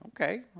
Okay